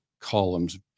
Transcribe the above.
columns